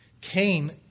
Cain